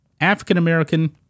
African-American